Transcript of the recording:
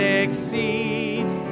exceeds